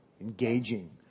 engaging